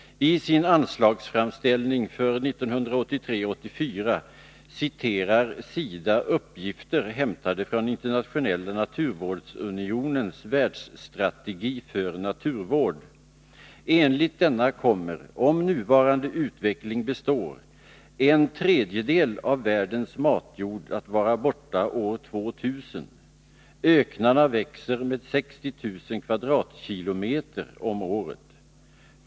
I sin anslagsframställning för 1983/84 citerar SIDA uppgifter hämtade från Internationella naturvårdsunionens världsstrategi för naturvård. Enligt denna kommer, om nuvarande utveckling består, en tredjedel av världens matjord att vara borta år 2000. Öknarna växer med 60 000 km? om året.